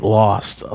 lost